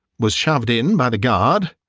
was shoved in by the guard,